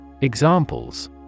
Examples